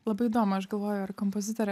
labai įdomu aš galvoju ar kompozitore